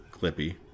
Clippy